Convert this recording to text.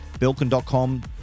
Belkin.com